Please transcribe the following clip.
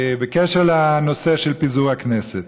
בקשר לנושא של פיזור הכנסת,